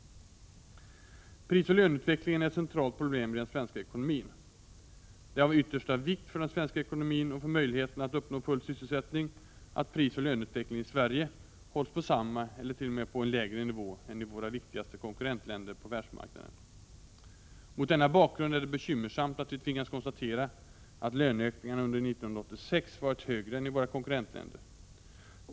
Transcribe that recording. Prisoch löneutvecklingen är ett centralt problem i den svenska ekonomin. Det är av yttersta vikt för den svenska ekonomin och för möjligheterna att uppnå full sysselsättning att prisoch löneutvecklingen i Sverige hålls på samma eller t.o.m. på en lägre nivå än i våra viktigaste konkurrentländer på världsmarknaden. Mot denna bakgrund är det bekymmersamt att vi tvingas konstatera att löneökningarna under år 1986 varit högre än i våra konkurrentländer.